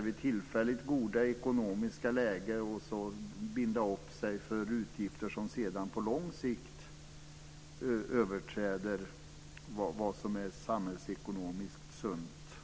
vid tillfälligt goda ekonomiska lägen binda upp sig för utgifter som på lång sikt överstiger vad som är samhällsekonomiskt sunt.